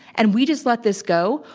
and we just let this go,